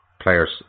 players